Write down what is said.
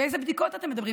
ועל איזה בדיקות אתם מדברים?